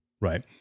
right